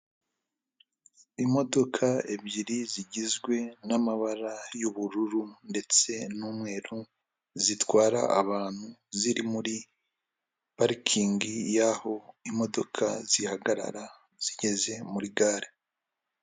Imodoka ebyiri zigizwe n'amabara y'ubururu ndetse n'umweru, zitwara abantu ziri muri parikingi y'aho imodoka zihagarara zigeze muri gare.